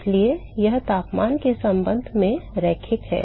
इसलिए यह तापमान के संबंध में रैखिक है